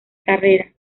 carrera